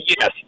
Yes